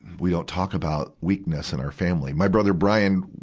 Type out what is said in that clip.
we don't talk about weakness in our family. my brother, brian,